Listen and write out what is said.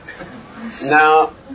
Now